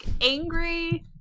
angry –